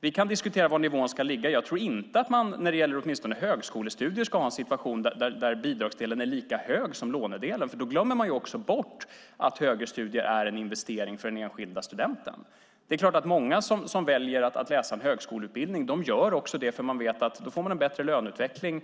Vi kan diskutera var nivån ska ligga. Men jag tror inte att man, åtminstone när det gäller högskolestudier, ska ha en situation där bidragsdelen är lika stor som lånedelen. Då glömmer man bort att högre studier är en investering för den enskilda studenten. Många som väljer en högskoleutbildning gör det därför att de vet att de får en bättre löneutveckling,